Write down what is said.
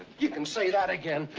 you can say that again!